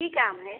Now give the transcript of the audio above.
की काम हइ